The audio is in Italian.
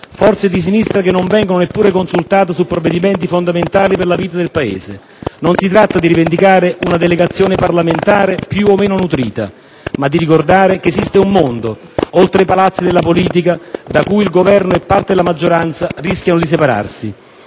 forze di sinistra che non vengono neppure consultate su provvedimenti fondamentali per la vita del Paese. Non si tratta di rivendicare una delegazione parlamentare più o meno nutrita, ma di ricordare che esiste un mondo, oltre i palazzi della politica, da cui il Governo e parte della maggioranza rischiano di separarsi.